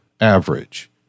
average